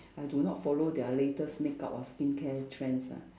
I do not follow their latest makeup or skin care trends ah